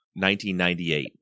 1998